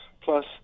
Plus